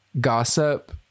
gossip